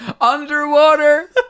underwater